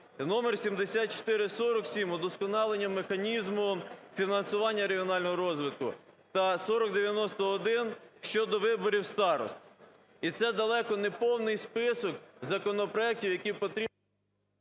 № 7447 – удосконалення механізму фінансування регіонального розвитку та 4091 – щодо виборів старост. І це далеко не повний список законопроектів, які…